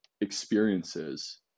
experiences